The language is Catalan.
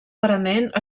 parament